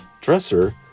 dresser